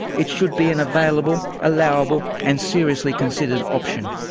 it should be an available, allowable and seriously considered option.